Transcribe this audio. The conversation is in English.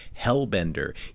Hellbender